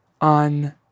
on